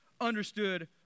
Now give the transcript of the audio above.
understood